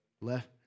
Left